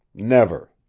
never!